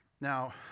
Now